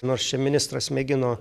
nors čia ministras mėgino